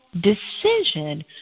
decision